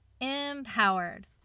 empowered